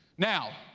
now,